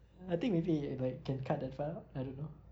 I think maybe like can cut that part out I don't know